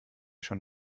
schon